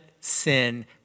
sin